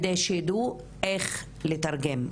כדי שידעו איך לתרגם.